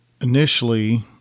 initially